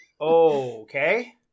Okay